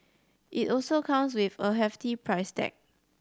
it also comes with a hefty price tag